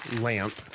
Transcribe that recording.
lamp